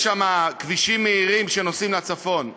יש שם כבישים מהירים שנוסעים לצפון,